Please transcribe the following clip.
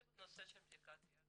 זה בנושא של בדיקת יהדות.